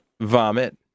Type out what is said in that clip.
vomit